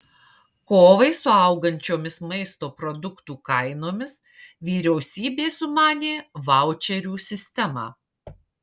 kovai su augančiomis maisto produktų kainomis vyriausybė sumanė vaučerių sistemą